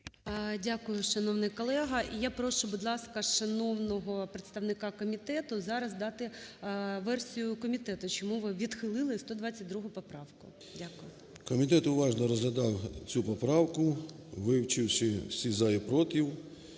Дякую, шановний колега. І я прошу, будь ласка, шановного представника комітету зараз дати версію комітету, чому ви відхилили 122 поправку. Дякую. 13:48:06 ПАЛАМАРЧУК М.П. Комітет уважно розглядав цю поправку, вивчивши всі "за" і "проти",